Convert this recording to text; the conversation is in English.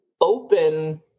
open